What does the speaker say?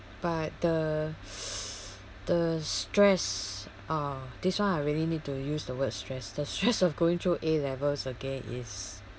but the the stress uh this one I really need to use the word stress the stress of going through A levels again is